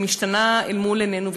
היא משתנה מול עינינו.